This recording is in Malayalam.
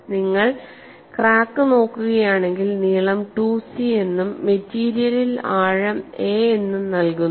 നിങ്ങൾ ക്രാക്ക് നോക്കുകയാണെങ്കിൽ നീളം 2c എന്നും മെറ്റീരിയലിൽ ആഴം a എന്നും നൽകുന്നു